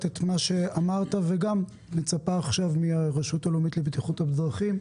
את מה שאמרת וגם מצפה עכשיו מהרשות הלאומית לבטיחות בדרכים,